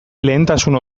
lehentasuna